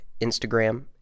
Instagram